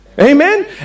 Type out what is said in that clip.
Amen